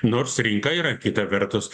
nors rinka yra kita vertus